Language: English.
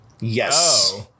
yes